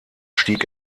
stieg